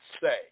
say